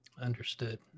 understood